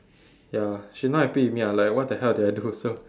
ya she not happy with me I'm like what the hell did I do also